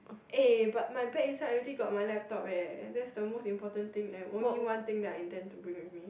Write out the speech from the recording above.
eh but my bag inside already got my laptop eh that's the most important thing and only one thing that I intend to bring with me